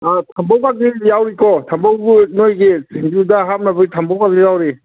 ꯊꯝꯕꯧꯒꯥꯗꯤ ꯌꯥꯎꯔꯤꯀꯣ ꯊꯝꯕꯧ ꯅꯣꯏꯒꯤ ꯁꯤꯡꯖꯨꯗ ꯍꯥꯞꯅꯕ ꯊꯝꯕꯧꯒꯥꯁꯨ ꯌꯥꯎꯔꯤ